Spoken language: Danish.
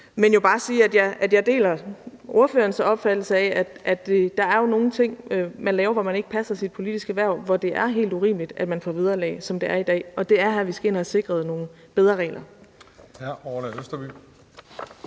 at jeg deler ordførerens opfattelse af, at der er nogle ting, man laver, hvor man ikke passer sit politiske hverv, hvor det er helt urimeligt, at man får vederlag, som det er i dag. Og det er her, vi skal ind og have sikret nogle bedre regler.